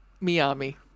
Miami